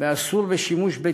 ואסור בשימוש ביתי.